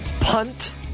punt